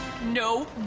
No